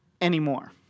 anymore